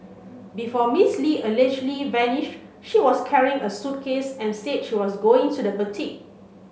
before Miss Li allegedly vanished she was carrying a suitcase and say she was going to the boutique